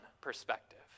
perspective